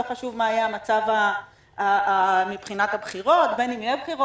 לא משנה מה יהיה המצב מבחינת הבחירות בין אם יהיו בחירות